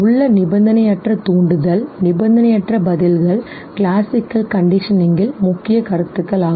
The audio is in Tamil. உள்ள நிபந்தனையற்ற தூண்டுதல் நிபந்தனையற்ற பதில்கள் கிளாசிக்கல் கண்டிஷனிங்கில் முக்கிய கருத்துக்கள் ஆகும்